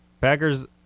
Packers